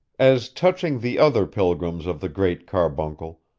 as touching the other pilgrims of the great carbuncle,